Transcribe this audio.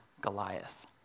Goliath